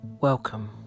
Welcome